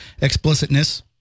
explicitness